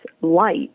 light